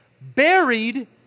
Buried